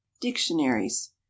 Dictionaries